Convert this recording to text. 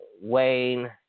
Wayne